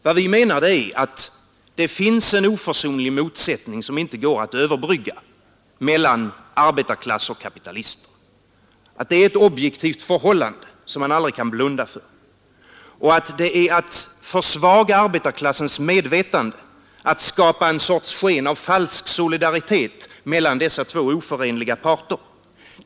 Vad vi menar är att det finns en oförsonlig motsättning, som inte går att överbrygga, mellan arbetarklass och kapitalister. Det är ett objektivt förhållande som man aldrig kan blunda för, och det är att försvaga arbetarklassens medvetande att skapa en sorts sken av falsk solidaritet mellan dessa två oförenliga parter.